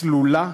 סלולה,